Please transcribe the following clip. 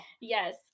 Yes